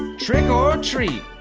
trick or treat,